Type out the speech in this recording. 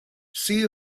see